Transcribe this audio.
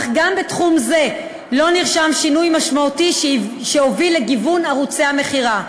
אך גם בתחום זה לא נרשם שינוי משמעותי שהוביל לגיוון ערוצי המכירה.